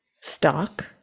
stock